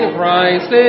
Christ